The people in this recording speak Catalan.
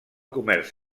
comerç